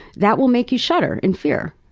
that will make you shudder in fear.